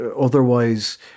otherwise